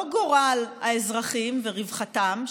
לא גורל האזרחים ורווחתם,